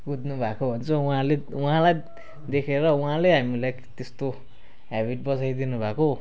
कुद्नुभएको भन्छ उहाँले उहाँलाई देखेर उहाँले हामीलाई त्यस्तो हेबिट बसाइदिनुभएको